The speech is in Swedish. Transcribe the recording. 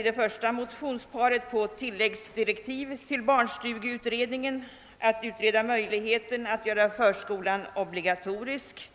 I det första motionsparet yrkas att tilläggsdirektiv utfärdas för barnstugeutredningen att utreda möjligheten att göra förskolan obligatorisk